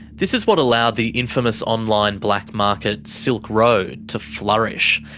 this is what allowed the infamous online black market silk road to flourish.